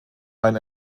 ein